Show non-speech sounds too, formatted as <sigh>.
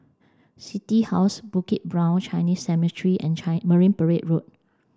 City House Bukit Brown Chinese Cemetery and <unintelligible> Marine Parade Road